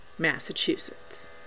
Massachusetts